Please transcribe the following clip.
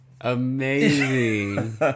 amazing